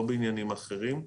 לא בעניינים אחרים.